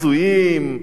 הזויים,